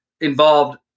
involved